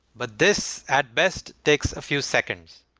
but this, at best, takes a few seconds.